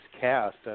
cast